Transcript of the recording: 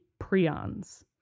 prions